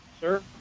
Sir